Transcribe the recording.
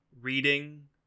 reading